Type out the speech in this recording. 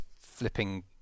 flipping